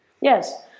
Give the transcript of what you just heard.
Yes